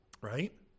right